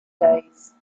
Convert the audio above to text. days